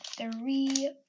three